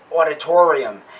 auditorium